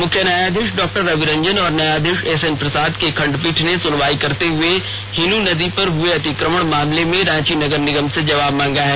मुख्य न्यायाधीश डॉक्टर रविरंजन और न्यायाधीश एसएन प्रसाद की खंडपीठ ने सुनवाई करते हुए हिन् नदी पर हुए अतिक्रमण मामले में रांची नगर निगम से जवाब मांगा है